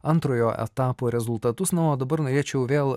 antrojo etapo rezultatus na o dabar norėčiau vėl